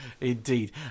indeed